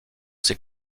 ses